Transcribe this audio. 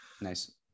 Nice